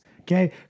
okay